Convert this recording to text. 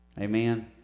Amen